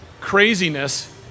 craziness